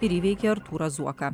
ir įveikė artūrą zuoką